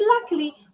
luckily